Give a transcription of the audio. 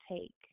take